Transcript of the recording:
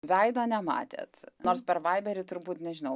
veido nematėt nors per vaiberį turbūt nežinau